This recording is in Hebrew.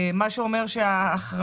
זה אומר שההחרפה,